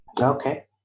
Okay